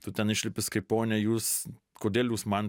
tu ten išlipi sakai ponia jūs kodėl jūs man